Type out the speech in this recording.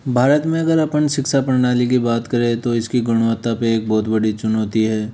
भारत में अगर अपन शिक्षा प्रणाली की बात करें तो इसकी गुणवत्ता पर एक बहुत बड़ी चुनौती है